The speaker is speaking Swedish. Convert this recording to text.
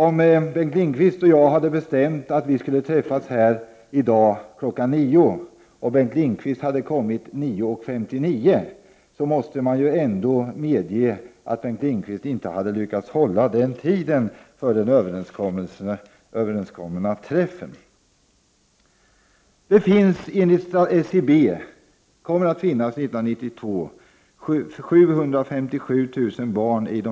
Om Bengt Lindqvist hade bestämt att vi skulle träffas här i dag kl. 9 och Bengt Lindqvist hade kommit kl. 9.59, måste man medge att Bengt Lindqvist inte hade lyckats hålla tiden för den överenskomna träffen. År 1992 kommer det enligt SCB att finnas 757 000 barn i